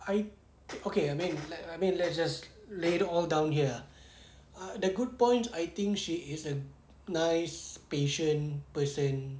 I okay I mean I mean let's just laid it all down here ah ah the good point I think she is a nice patient person